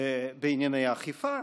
העתירה עוסקת בענייני אכיפה.